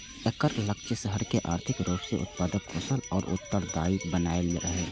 एकर लक्ष्य शहर कें आर्थिक रूप सं उत्पादक, कुशल आ उत्तरदायी बनेनाइ रहै